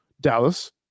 Dallas